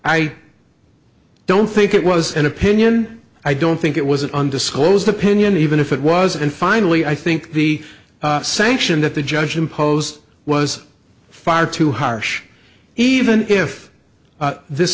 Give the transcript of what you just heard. i don't think it was an opinion i don't think it was an undisclosed opinion even if it was and finally i think the sanction that the judge imposed was far too harsh even if this